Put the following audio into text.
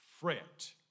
fret